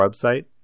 website